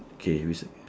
K you say f~